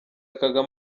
kagame